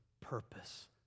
purpose